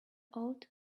ought